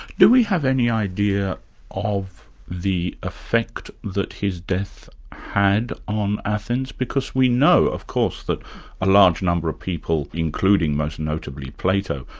do we have any idea of the effect that his death had on athens? because know of course, that a large number of people including most notably, plato,